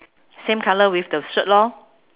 same colour with the shirt lor